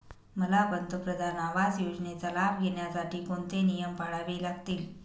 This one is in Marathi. मला पंतप्रधान आवास योजनेचा लाभ घेण्यासाठी कोणते नियम पाळावे लागतील?